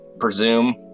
presume